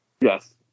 Yes